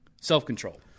self-control